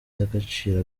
y’agaciro